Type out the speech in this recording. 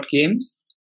games